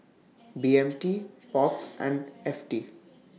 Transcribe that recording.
B M T POP and F T